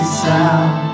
sound